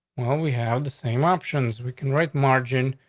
well, um we have the same options. weaken right margin,